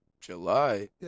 July